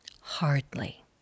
Hardly